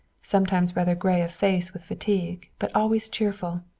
sometimes rather gray of face with fatigue, but always cheerful.